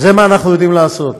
זה מה שאנחנו יודעים לעשות.